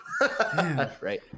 right